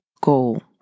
goal